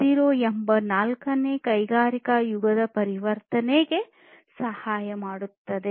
0 ಎಂಬ ನಾಲ್ಕನೇ ಕೈಗಾರಿಕಾ ಯುಗದ ಪರಿವರ್ತನೆ ಸಹಾಯ ಮಾಡುತ್ತದೆ